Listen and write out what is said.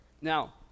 Now